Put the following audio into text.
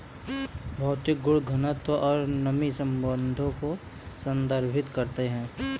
भौतिक गुण घनत्व और नमी संबंधों को संदर्भित करते हैं